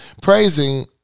praising